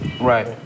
Right